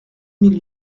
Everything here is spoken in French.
mille